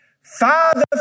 Father